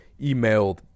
emailed